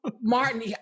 Martin